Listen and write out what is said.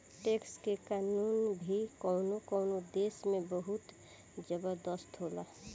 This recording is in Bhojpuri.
टैक्स के कानून भी कवनो कवनो देश में बहुत जबरदस्त होला